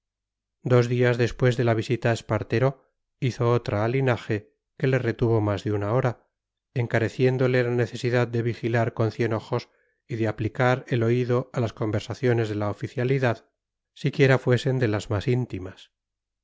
dos días después de la visita a espartero hizo otra a linaje que le retuvo más de una hora encareciéndole la necesidad de vigilar con cien ojos y de aplicar el oído a las conversaciones de la oficialidad siquiera fuesen de las más íntimas